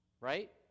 Right